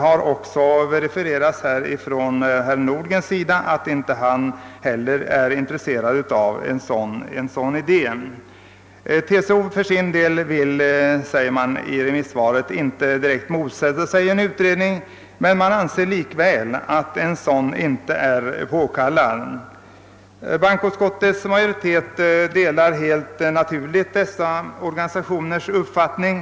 Herr Nordgren har här förklarat att inte heller han är intresserad av den idén. äl göra ett klart avsteg från gängse be TCO skriver i sitt svar att man visserligen inte vill motsätta sig en utredning men ifrågasätter om en sådan är av behovet påkallad. Bankoutskottets majoritet har helt naturligt delat dessa organisationers uppfattningar.